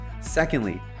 Secondly